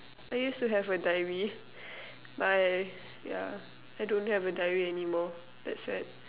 I used to have a diary but yeah I don't have a diary anymore that's sad